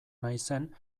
naizen